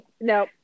No